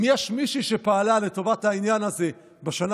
אם יש מישהי שפעלה לטובת העניין הזה בשנה